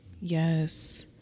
Yes